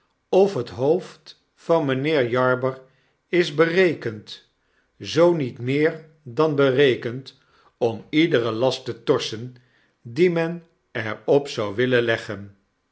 of net hoofd van mynheer jarber is berekend zoo niet meer dan berekend om iederen last te torsen dien men er op zou willen jeggen